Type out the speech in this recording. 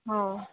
हो